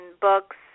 books